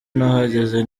nahageze